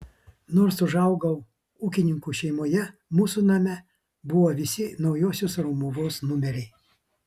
nors užaugau ūkininkų šeimoje mūsų name buvo visi naujosios romuvos numeriai